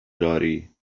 داری